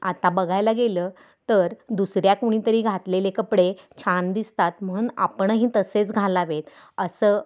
आत्ता बघायला गेलं तर दुसऱ्या कुणीतरी घातलेले कपडे छान दिसतात म्हणून आपणही तसेच घालावेत असं